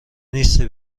نیستی